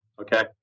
Okay